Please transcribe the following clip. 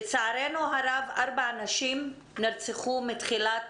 לצערנו הרב, ארבע נשים נרצחו מתחילת